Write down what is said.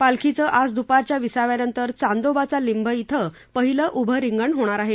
पालखीचं आज दुपारच्या विसाव्यानंतर चांदोबाचा लिंब धिं पहिलं उभं रिंगण होणार आहे